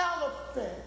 elephant